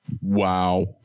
Wow